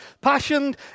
passioned